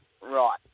Right